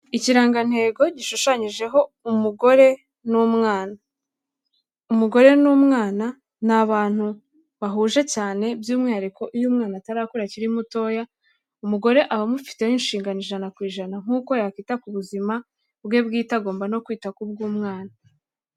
Ikirangantego gishushanyijeho umugore n'umwana. Umugore n'umwana ni abantu bahuje cyane by'umwihariko iyo umwana atarakura akiri mutoya, umugore aba amufiteho inshingano ijana ku ijana nk'uko yakwita ku buzima bwe bwite, agomba no kwita ku bw'umwana.